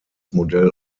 modell